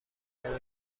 چرا